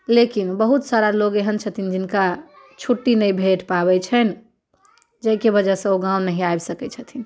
लेकिन बहुत सारा लोक एहन छथिन जिनका छुट्टी नहि भेट पाबै छनि जाहिके वजहसँ ओ गाँव नहि आबि सकै छथिन